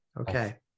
okay